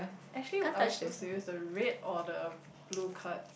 actually are we supposed to use the red or the blue cards